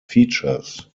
features